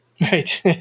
right